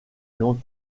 long